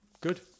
Good